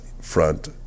front